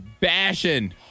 bashing